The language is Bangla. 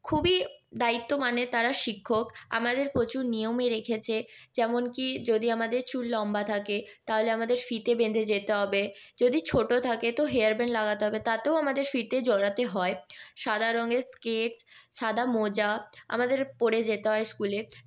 খুবই দায়িত্বমানের তারা শিক্ষক আমাদের প্রচুর নিয়মে রেখেছে যেমনকি যদি আমাদের চুল লম্বা থাকে তাহলে আমাদের ফিতে বেঁধে যেতে হবে যদি ছোটো থাকে তো হেয়ার ব্যান্ড লাগাতে হবে তাতেও আমাদের ফিতে জড়াতে হয় সাদা রঙের স্কেটস সাদা মোজা আমাদের পরে যেতে হয় স্কুলে